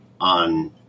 on